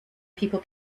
people